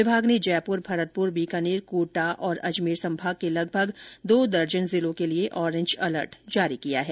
विभाग ने जयपुर भरतपुर बीकानेर कोटा और अजमेर संभाग के लगभग दो दर्जन जिलों के लिए ऑरेंज अलर्ट जारी किया हैं